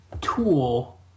tool